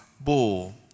bull